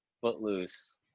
footloose